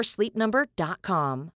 SleepNumber.com